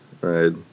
right